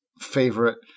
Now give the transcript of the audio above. favorite